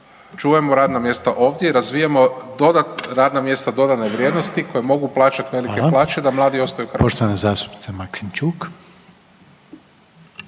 čuvajmo radna mjesta ovdje i razvijajmo radna mjesta dodane vrijednosti koje mogu plaćati velike plaće …/Upadica: Hvala./…